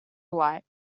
alike